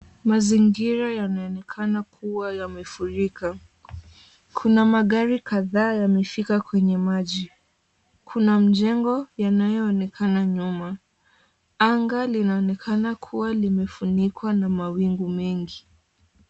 Mazingira yanaonekana kuwa yamefurika. Kuna magari kadhaa yameshika kwenye maji, kuna mjengo yanayoonekana nyuma. Anga linaonekana kuwa limefunikwa na mawingu mengi.